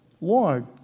Lord